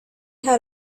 had